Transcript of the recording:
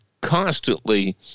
constantly